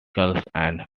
are